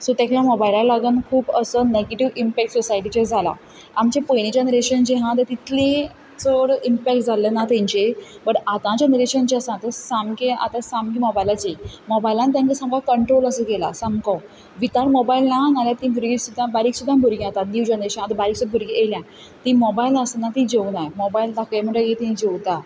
so ताका लागून मोबायला लागून खूब असो नॅगिटीव इम्पॅक्ट सोसायटीचेर जाला आमचें पयलीं जनरेशन जें आहा तें तितली चड इम्पॅक्ट जाल्ले ना तेंचेर बट आतां जनरेशन जें आसा तें सामकें आतां सामकें मोबायलाचेर मोबायलान तांकां सामको कंट्रोल असो गेला सामको वितावट मोबायल ना नाल्या तीं भुरगीं सुद्दां बारीक सुद्दां भुरगीं आतां न्यू जनरेशन आतां बारीक सुद्द भुरगीं येयल्या तीं मोबायल नासतना तीं जेवना मोबायल दाखय म्हणटकी तीं जेवता